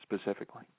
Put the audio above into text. specifically